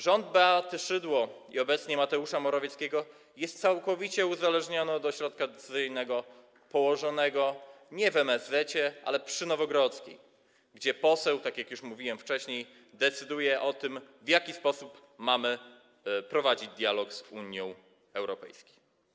Rząd Beaty Szydło i obecnie Mateusza Morawieckiego jest całkowicie uzależniony od ośrodka decyzyjnego położonego nie w MSZ-ecie, ale przy Nowogrodzkiej, gdzie poseł - tak jak już mówiłem wcześniej - decyduje o tym, w jaki sposób mamy prowadzić dialog z Unią Europejską.